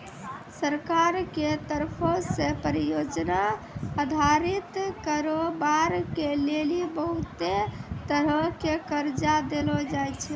सरकार के तरफो से परियोजना अधारित कारोबार के लेली बहुते तरहो के कर्जा देलो जाय छै